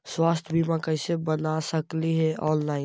स्वास्थ्य बीमा कैसे बना सकली हे ऑनलाइन?